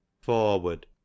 forward